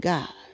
God